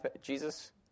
Jesus